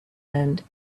end